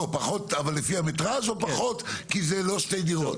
פחות לפי המטראז' או פחות כי זה לא שתי דירות?